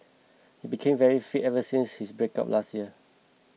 he became very fit ever since his breakup last year